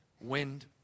wind